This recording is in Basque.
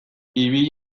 ibil